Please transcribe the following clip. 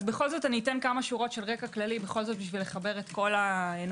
אני אתן כמה שורות של רקע כללי כדי לחבר את כל הנוכחים,